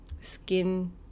skin